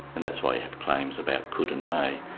and that's why you have claims about could and may,